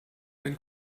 ein